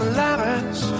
lovers